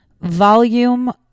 Volume